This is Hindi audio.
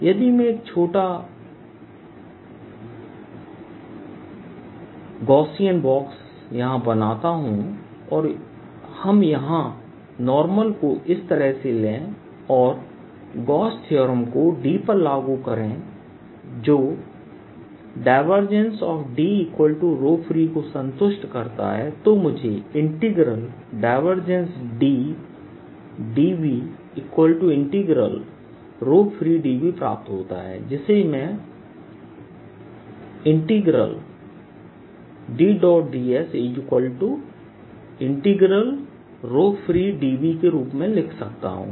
यदि मैं एक छोटा को D पर लागू करें जो Dfree को संतुष्ट करता है तो मुझे D dVfree dVप्राप्त होता है जिसे DdSfree dV के रूप में लिख सकता हूं